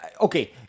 Okay